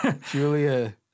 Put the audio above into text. Julia